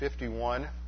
51